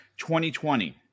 2020